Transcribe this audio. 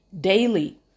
daily